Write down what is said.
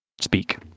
speak